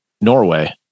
Norway